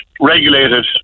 regulated